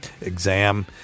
exam